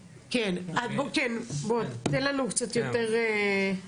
כן, בוא, תן לנו קצת יותר, עירן,